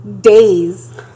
days